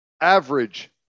average